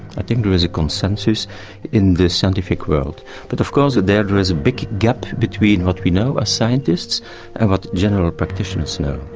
i think there is a consensus in the scientific world but of course there is a big gap between what we know as scientists and what general practitioners know.